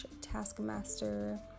taskmaster